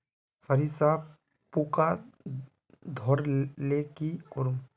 सरिसा पूका धोर ले की करूम?